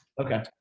Okay